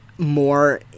more